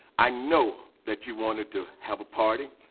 i know that you wanted to have a party.